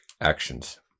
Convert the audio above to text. actions